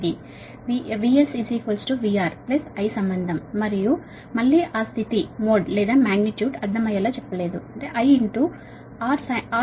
ఇది VS VR plus I సంబంధం మరియు మళ్లీ ఆ స్థితిమోడ్ లేదా మాగ్నిట్యూడ్ అర్థమయ్యే లా చెప్పలేదుIRcos RXsin R